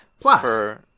Plus